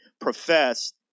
professed